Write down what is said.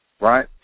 right